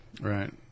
Right